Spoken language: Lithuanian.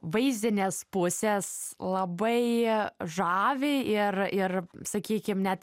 vaizdinės pusės labai žavi ir ir sakykim net